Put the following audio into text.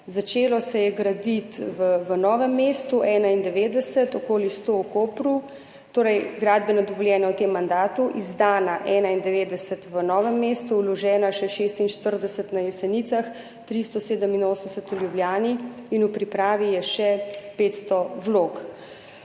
Začelo se je graditi, v Novem mestu 91, okoli 100 v Kopru. Torej, gradbena dovoljenja v tem mandatu izdana, 91 v Novem mestu, vloženih še 46 na Jesenicah, 387 v Ljubljani in v pripravi je še 500 vlog.